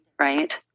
right